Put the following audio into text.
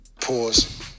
pause